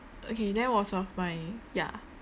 okay that was of my ya